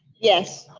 yes.